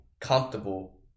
comfortable